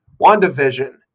WandaVision